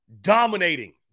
dominating